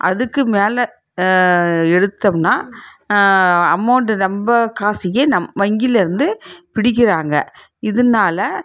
அதுக்கு மேலே எடுத்தோம்ன்னால் அமௌண்டு நம்ப காசையே நம் வங்கிலிருந்து பிடிக்கிறாங்க இதனால